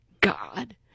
God